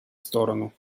сторону